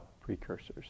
precursors